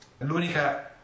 L'unica